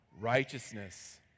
righteousness